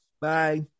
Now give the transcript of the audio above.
Bye